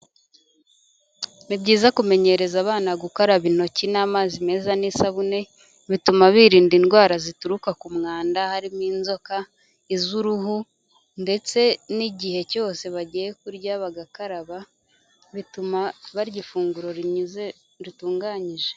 Ni byiza kumenyereza abana gukaraba intoki n'amazi meza n'isabune, bituma birinda indwara zituruka ku mwanda, harimo inzoka, izuruhu ndetse n'igihe cyose bagiye kurya bagakaraba bituma barya ifunguro ritunganyije.